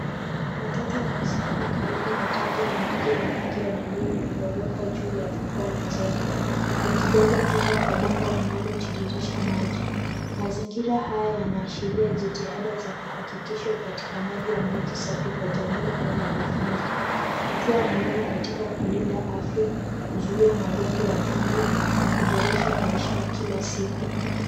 Watoto wamesimama karibu na tanki la maji la rangi ya buluu, lililowekwa juu ya jukwaa la zege. Wakijaza chupa kwa bomba linalotiririsha maji. Mazingira haya yanaashiria jitihada za kuhakikisha upatikanaji wa maji safi kwa jamii, au wanafunzi. Hatua muhimu katika kulinda afya, kuzuia magonjwa ya tumbo, na kuboresha maisha ya kila siku.